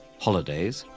holidays,